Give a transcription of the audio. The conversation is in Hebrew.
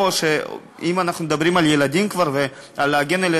הוא פשוט נחנק והוא לא יכול להגיד.